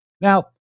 Now